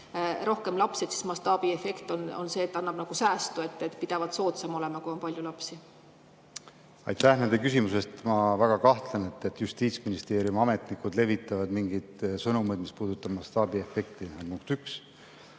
rohkem lapsi, siis mastaabiefekt on see, et see annab nagu säästu, et pidavat soodsam olema, kui on palju lapsi. Aitäh nende küsimuste eest! Ma väga kahtlen, et Justiitsministeeriumi ametnikud levitavad mingeid sõnumeid, mis puudutavad mastaabiefekti.